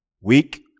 weak